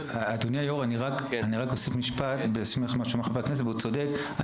אני אשמח להוסיף משפט בהמשך לדבריו של חבר הכנסת והוא צודק.